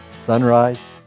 Sunrise